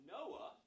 Noah